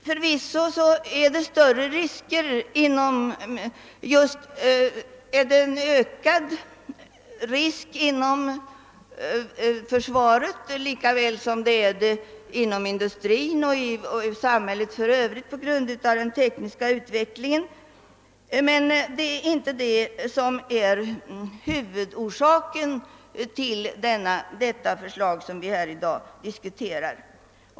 Förvisso finns det på grund av den tekniska utvecklingen ökade risker inom försvaret liksom inom industrin och samhället i övrigt, men det är inte det som är orsaken till det förslag som vi här i dag diskuterar.